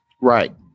Right